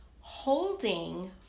holding